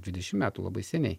dvidešimt metų labai seniai